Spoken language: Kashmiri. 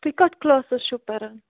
تُہۍ کتھ کلاسس چھو پران